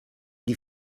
die